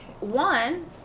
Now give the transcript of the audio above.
one